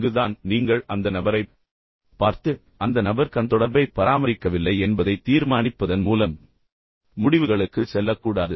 இங்குதான் நீங்கள் அந்த நபரைப் பார்த்து அந்த நபர் கண் தொடர்பைப் பராமரிக்கவில்லை என்பதைத் தீர்மானிப்பதன் மூலம் முடிவுகளுக்குச் செல்லக்கூடாது